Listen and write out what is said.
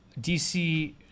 DC